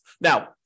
Now